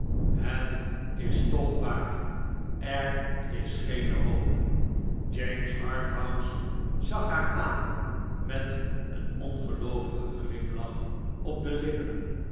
het is toch waar er is geene hoop james harthouse zag haar aan met een ongeloovigen glimlach op de lippen